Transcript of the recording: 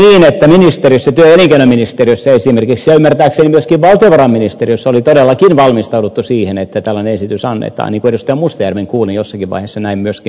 mutta kuitenkin työ ja elinkeinoministeriössä esimerkiksi ja ymmärtääkseni myöskin valtiovarainministeriössä oli todellakin valmistauduttu siihen että tällainen esitys annetaan niin kuin edustaja mustajärven kuulin jossakin vaiheessa näin myöskin sanoneen